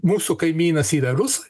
mūsų kaimynas įtarus